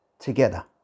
together